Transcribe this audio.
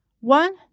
one